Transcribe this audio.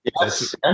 Yes